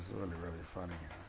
really really funny.